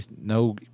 no